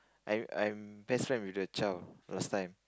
I'm I'm best friend with the child last time